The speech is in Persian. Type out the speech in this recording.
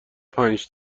پنج